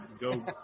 go